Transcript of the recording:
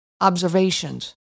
observations